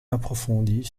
approfondies